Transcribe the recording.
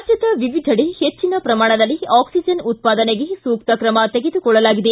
ರಾಜ್ಞದ ವಿವಿಧೆಡೆ ಹೆಚ್ಚಿನ ಪ್ರಮಾಣದಲ್ಲಿ ಆಕ್ಸಿಜನ್ ಉತ್ಪಾದನೆಗೆ ಸೂಕ್ತ ಕ್ರಮ ತೆಗೆದುಕೊಳ್ಳಲಾಗಿದೆ